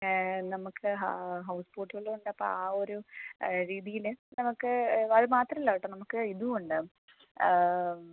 നമുക്ക് ഹൗസ്ബോട്ടുകളുണ്ട് അപ്പോൾ ആ ഒരു രീതിയില് നമുക്ക് അത് മാത്രം അല്ല കെട്ടോ നമുക്ക് ഇതും ഉണ്ട്